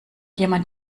jemand